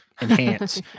enhance